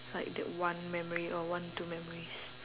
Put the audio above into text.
like that one memory or one two memories